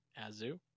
Azu